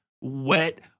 wet